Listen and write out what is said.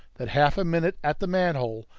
that half a minute at the manhole,